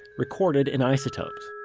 recorded in isotopes